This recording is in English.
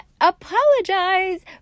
apologize